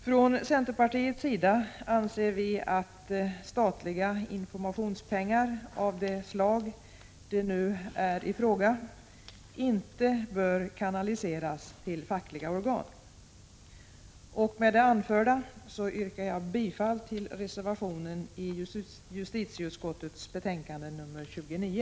Från centerpartiets sida anser vi att statliga informationspengar av det slag det nu gäller inte bör kanaliseras till fackliga organ. Med det anförda yrkar jag bifall till reservationen i justitieutskottets betänkande nr 29.